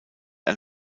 ein